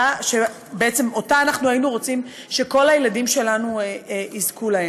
שבעצם היינו רוצים שכל הילדים שלנו יזכו לה.